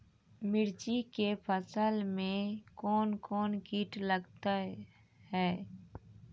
मिर्ची के फसल मे कौन कौन कीट लगते हैं?